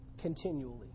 continually